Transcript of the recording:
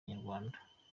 inyarwanda